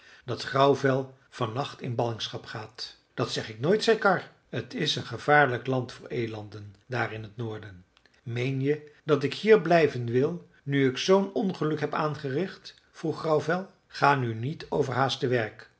dat grauwvel van nacht in ballingschap gaat dat zeg ik nooit zei karr t is een gevaarlijk land voor elanden daar in t noorden meen je dat ik hier blijven wil nu ik zoo'n ongeluk heb aangericht vroeg grauwvel ga nu niet overhaast te werk